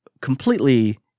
completely